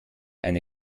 eine